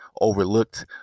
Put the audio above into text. overlooked